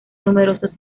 numerosos